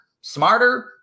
smarter